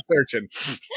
searching